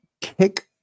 kick